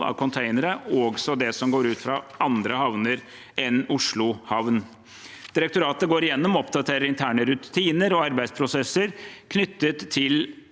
av containere og det som går ut fra andre havner enn Oslo havn. Direktoratet går igjennom og oppdaterer interne rutiner og arbeidsprosesser knyttet til